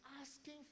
asking